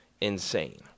insane